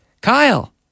Kyle